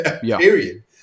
Period